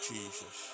Jesus